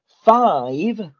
five